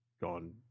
gone